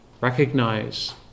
recognize